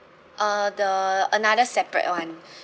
uh the another separate one